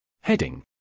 Heading